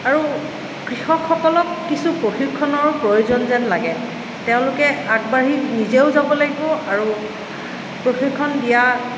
আৰু কৃষকসকলক কিছু প্ৰশিক্ষণৰ প্ৰয়োজন যেন লাগে তেওঁলোকে আগবাঢ়ি নিজেও যাব লাগিব আৰু প্ৰশিক্ষণ দিয়া